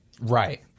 Right